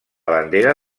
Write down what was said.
bandera